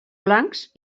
blancs